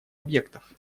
объектов